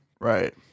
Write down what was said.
Right